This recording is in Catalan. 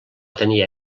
tenir